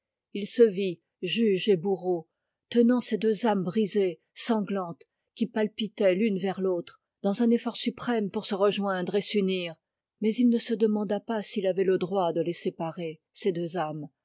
il se vit juge et bourreau tenant ces deux âmes sanglantes qui palpitaient l'une vers l'autre dans un effort suprême pour se rejoindre et s'unir mais il ne se demanda pas s'il avait le droit de les séparer ces deux âmes